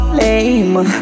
lame